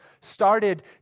started